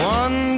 one